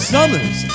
Summers